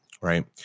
right